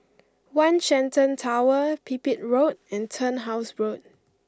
One Shenton Tower Pipit Road and Turnhouse Road